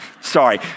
Sorry